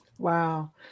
Wow